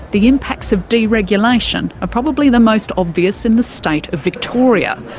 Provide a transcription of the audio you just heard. the impacts of deregulation are probably the most obvious in the state of victoria,